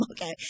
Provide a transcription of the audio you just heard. Okay